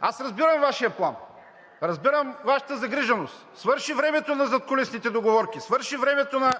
Аз разбирам Вашия плам, разбирам Вашата загриженост, но свърши времето на задкулисните договорки, свърши времето на